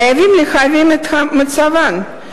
חייבים להבין את מצבן,